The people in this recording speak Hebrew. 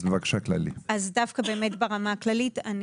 ברמה הכללית.